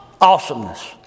Awesomeness